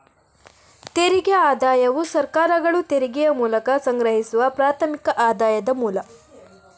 ತೆರಿಗೆ ಆದಾಯವು ಸರ್ಕಾರಗಳು ತೆರಿಗೆಯ ಮೂಲಕ ಸಂಗ್ರಹಿಸುವ ಪ್ರಾಥಮಿಕ ಆದಾಯದ ಮೂಲ